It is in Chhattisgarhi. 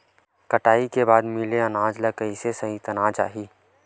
कटाई के बाद मिले अनाज ला कइसे संइतना चाही?